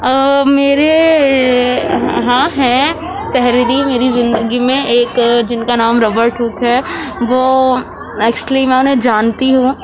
میرے ہاں ہیں پہلے بھی میری زندگی میں ایک جن کا نام رابرٹ ہک ہے وہ ایکچولی میں انہیں جانتی ہوں